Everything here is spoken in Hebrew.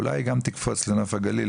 אולי היא גם תקפוץ לנוף הגליל,